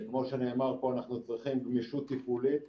כמו שנאמר פה, אנחנו צריכים גמישות טיפולית.